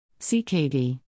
CKD